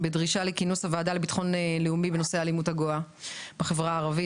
בדרישה לכינוס הוועדה לביטחון לאומי בנושא האלימות הגואה בחברה הערבית.